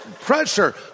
pressure